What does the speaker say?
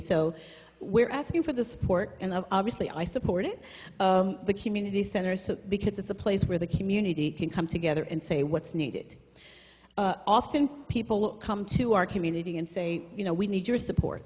so we're asking for the support and of obviously i support it the community center so because it's a place where the community can come together and say what's needed often people will come to our community and say you know we need your support